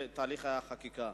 תהליכי החקיקה.